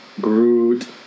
Groot